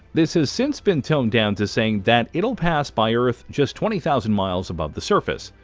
this has since been toned down to saying that it'll pass by earth just twenty thousand miles above the surface.